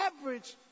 average